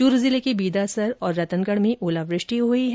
चूरू जिले के बीदासर और रतनगढ़ में ओलावृष्टि हुई है